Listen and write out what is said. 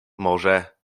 może